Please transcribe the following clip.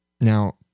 Now